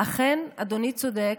אכן אדוני צודק,